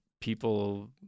people